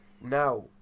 now